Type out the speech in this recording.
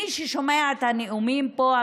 מי ששומע את הנאומים פה,